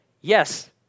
yes